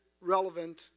relevant